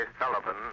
Sullivan